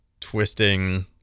twisting